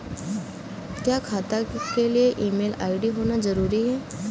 क्या खाता के लिए ईमेल आई.डी होना जरूरी है?